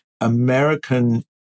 American